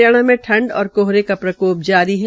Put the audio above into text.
हरियाणा में ठंड और कोहरे का प्रकोप जारी है